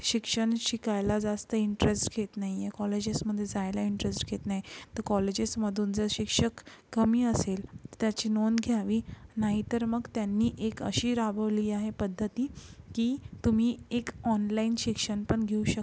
शिक्षण शिकायला जास्त इंटरेस घेत नाही आहे कॉलेजेसमध्ये जायला इंटरेस्ट घेत नाही तर कॉलेजेसमधून जर शिक्षक कमी असेल तर त्याची नोंद घ्यावी नाही तर मग त्यांनी एक अशी राबवली आहे पद्धती की तुम्ही एक ऑनलाईन शिक्षण पण घेऊ शकता